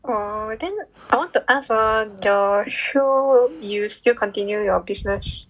oh then I want to ask hor your shoe you still continue your business